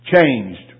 changed